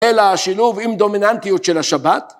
‫אלא השילוב עם דומיננטיות של השבת